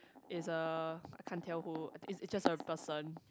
is a I can't tell who is just a person